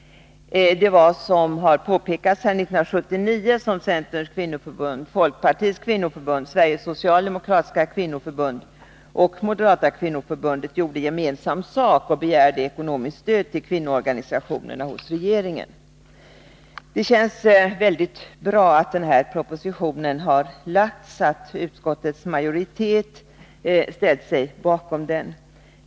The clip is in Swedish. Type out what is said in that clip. Det var, som har påpekats här, 1979 som Centerns kvinnoförbund, Folkpartiets kvinnoförbund, Sveriges socialdemokratiska kvinnoförbund och Moderata kvinnoförbundet gjorde gemensam sak och hos regeringen begärde ekonomiskt stöd till kvinnoorganisationerna. Det känns väldigt bra att den här propositionen har lagts fram och att utskottets majoritet har ställt sig bakom den.